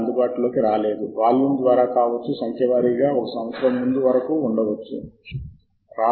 end note ఆన్లైన్లో వస్తువులను ఎగుమతి చేయడానికి డైలాగ్ ఒకసారి పూర్తయింది ప్రత్యేక ట్యాబ్లోని endnote